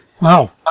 Wow